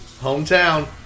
hometown